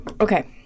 okay